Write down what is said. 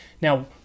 Now